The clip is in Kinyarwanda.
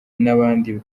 n’abandi